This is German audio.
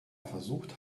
versucht